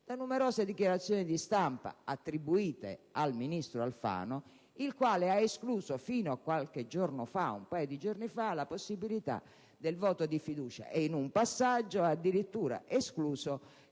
da numerose dichiarazioni di stampa attribuite al ministro Alfano, il quale fino a qualche giorno fa ha escluso la possibilità del voto di fiducia e, in un passaggio, ha addirittura escluso